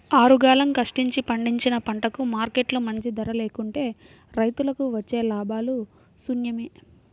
ఆరుగాలం కష్టించి పండించిన పంటకు మార్కెట్లో మంచి ధర లేకుంటే రైతులకు వచ్చే లాభాలు శూన్యమే